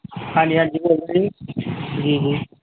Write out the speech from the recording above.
ਹਾਂਜੀ ਹਾਂਜੀ ਬੋਲੋ ਜੀ ਜੀ ਜੀ